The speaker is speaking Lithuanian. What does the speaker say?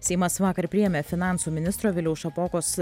seimas vakar priėmė finansų ministro viliaus šapokos